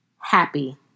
happy